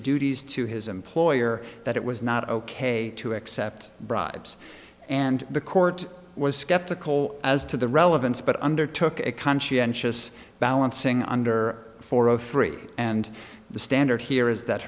duties to his employer that it was not ok to accept bribes and the court was skeptical as to the relevance but under took a conscientious balancing under four of three and the andor here is that